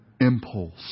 impulse